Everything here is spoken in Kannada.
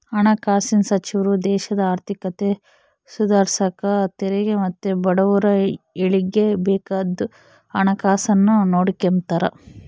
ಹಣಕಾಸಿನ್ ಸಚಿವ್ರು ದೇಶದ ಆರ್ಥಿಕತೆ ಸುಧಾರ್ಸಾಕ ತೆರಿಗೆ ಮತ್ತೆ ಬಡವುರ ಏಳಿಗ್ಗೆ ಬೇಕಾದ್ದು ಹಣಕಾಸುನ್ನ ನೋಡಿಕೆಂಬ್ತಾರ